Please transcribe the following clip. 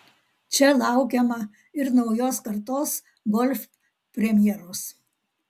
čia laukiama ir naujos kartos golf premjeros